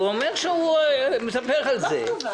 הוא אומר שהוא מדבר על זה.